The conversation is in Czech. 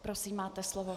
Prosím, máte slovo.